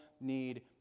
need